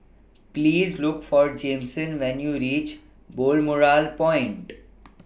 Please Look For Jameson when YOU REACH Balmoral Point